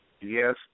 yes